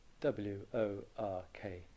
W-O-R-K